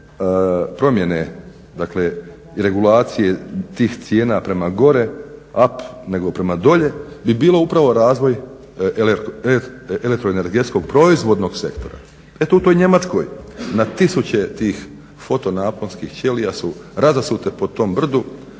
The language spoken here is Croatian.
promjene i regulacije tih cijena prema gore up nego prema dolje bi bio upravo razvoj elektroenergetskog proizvodnog sektora. U toj Njemačkoj na tisuće tih fotonaponskih ćelija su razasute po tom brdu